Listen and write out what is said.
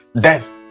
Death